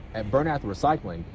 at bernath recycling,